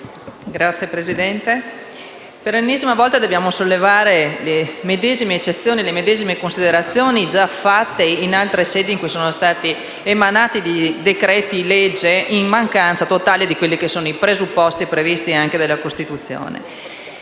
Signor Presidente, per l'ennesima volta dobbiamo sollevare le medesime eccezioni e considerazioni già svolte in altre sedi nel momento in cui sono stati emanati decreti-legge in mancanza totale dei presupposti previsti dalla Costituzione.